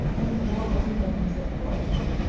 and why wasn't that an acceptable option?